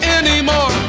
anymore